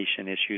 issues